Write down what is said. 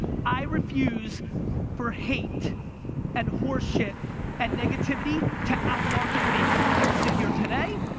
i refuse for hate and horseshit and negativity to out-market me. i will sit here today,